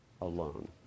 alone